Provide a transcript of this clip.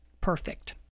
perfect